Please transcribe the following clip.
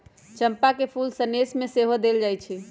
चंपा के फूल सनेश में सेहो देल जाइ छइ